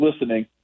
listening